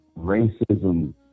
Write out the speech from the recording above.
racism